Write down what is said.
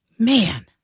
man